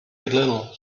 little